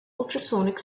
ultrasonic